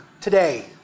today